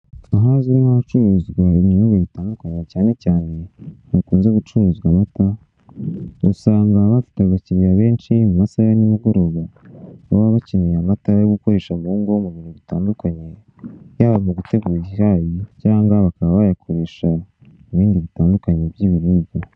Ahazwi nka hacururizwa ibinyobwa bitandukanye cyane cyane ahakunze gucuruzwa amata usanga bafite abakiliriya benshi mu masaha ya nimugoroba baba bakeneye amata yo gukoresha mungo mu birori bitandukanye yaba mu gutegurayayi cyangwa bakaba bayakoresha mu ibindi bitandukanye by'ibiribwa.